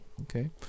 Okay